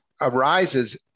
arises